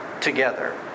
together